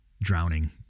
drowning